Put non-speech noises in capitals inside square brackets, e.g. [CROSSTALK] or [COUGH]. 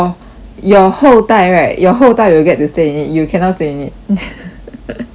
your 后代 right your 后代 will get to stay in it you cannot stay in it [NOISE]